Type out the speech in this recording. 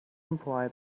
imply